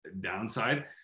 downside